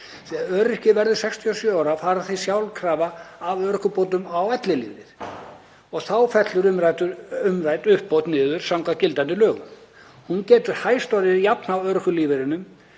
Þegar öryrkjar verða 67 ára fara þeir sjálfkrafa af örorkubótum á ellilífeyri, og þá fellur umrædd uppbót niður skv. gildandi lögum. Hún getur hæst orðið jafnhá örorkulífeyrinum,